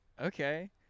Okay